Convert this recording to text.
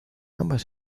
ambas